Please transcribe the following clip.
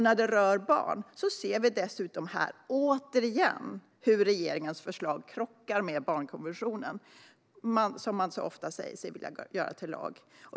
När det rör barn ser vi dessutom här återigen hur regeringens förslag krockar med barnkonventionen, som man så ofta säger sig vilja göra till lag.